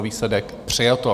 Výsledek: přijato.